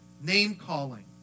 name-calling